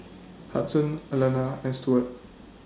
Hudson Alana and Stuart